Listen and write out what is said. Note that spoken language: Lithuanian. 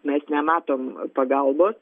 mes nematom pagalbos